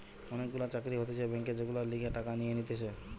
অনেক গুলা চাকরি হতিছে ব্যাংকে যেগুলার লিগে টাকা নিয়ে নিতেছে